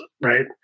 right